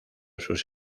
sus